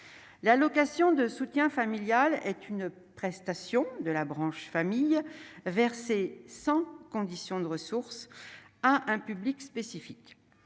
l'allocation de soutien familial est une prestation de la branche famille versées sans condition de ressources à un public spécifique,